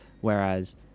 Whereas